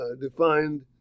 defined